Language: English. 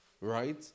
Right